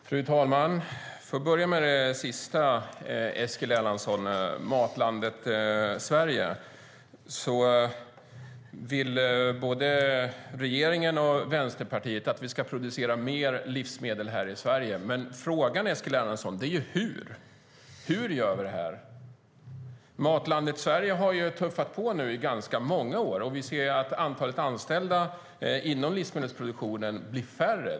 Fru talman! Jag börjar med det sista som Eskil Erlandsson sade, om Matlandet Sverige. Både regeringen och Vänsterpartiet vill att vi ska producera mer livsmedel här i Sverige. Men frågan är, Eskil Erlandsson, hur vi gör det. Matlandet Sverige har ju tuffat på nu i ganska många år, och vi ser att antalet anställda inom livsmedelsproduktionen blir färre.